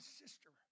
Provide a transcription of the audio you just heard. sister